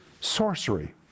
sorcery